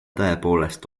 tõepoolest